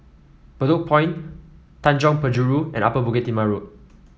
Bedok Point Tanjong Penjuru and Upper Bukit Timah Road